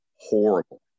horrible